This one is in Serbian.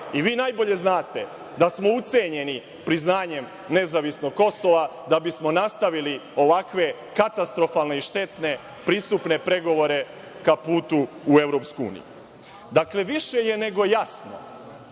i vi najbolje znate da smo ucenjeni priznanjem nezavisnog Kosova da bismo nastavili ovakve katastrofalne i štetne pristupne pregovore ka putu u EU. Dakle, više je nego jasno